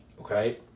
Okay